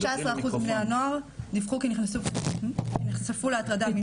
19% מבני הנוער דיווחו כי נחשפו להטרדה מינית.